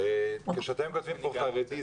כשאתם כותבים פה חרדי,